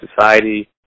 society